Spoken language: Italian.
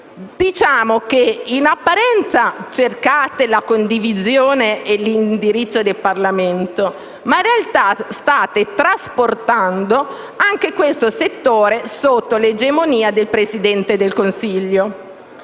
vincolante. In apparenza, quindi, cercate la condivisione e l'indirizzo del Parlamento, ma in realtà state trasportando anche questo settore sotto l'egemonia del Presidente del Consiglio.